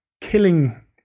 killing